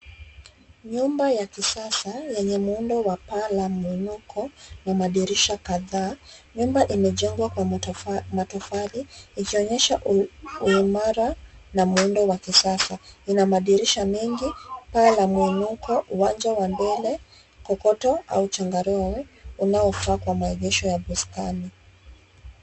Nyumba ya kisasa yenye muundo wa paa la muinuko na madirisha kadhaa. Nyumba imejengwa kwa matofali, ikionyesha uimara na muundo wa kisasa. Ina madirisha mengi, paa la muinuko, uwanja wa mbele, kokoto au changarawe, unaofaa kwa maegesho ya bustani.